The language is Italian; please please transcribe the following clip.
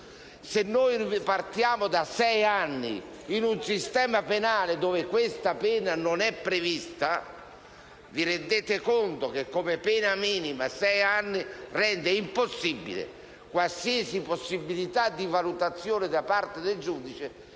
Se noi partiamo da sei anni, in un sistema penale dove questa pena non è prevista, vi rendete conto che una pena minima di sei anni rende impossibile qualsiasi possibilità di valutazione da parte del giudice.